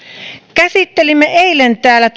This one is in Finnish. käsittelimme eilen täällä